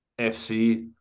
FC